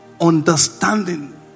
understanding